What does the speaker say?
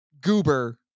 goober